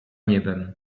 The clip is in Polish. niebem